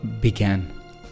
began